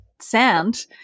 sound